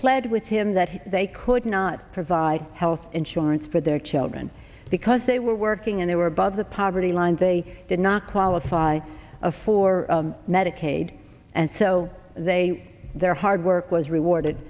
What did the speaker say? pled with him that they could not provide health insurance for their children because they were working and they were above the poverty line they did not qualify for medicaid and so they their hard work was rewarded